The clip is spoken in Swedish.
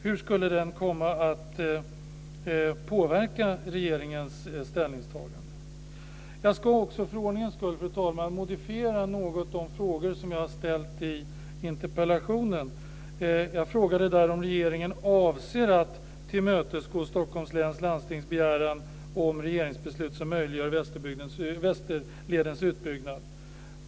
Hur skulle den komma att påverka regeringens ställningstagande? Jag ska också för ordningens skull, fru talman, modifiera något de frågor som jag har ställt i interpellationen. Jag frågade där om regeringen avser att tillmötesgå Stockholms läns landstings begäran om regeringsbeslut som möjliggör Västerledens utbyggnad.